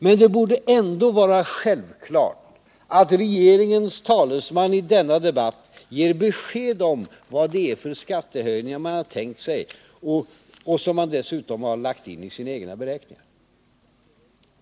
Men det borde ändå vara självklart att regeringens talesmän i denna debatt ger besked om vad det är för skattehöjningar man har tänkt sig och som man dessutom har lagt in i sina egna beräkningar.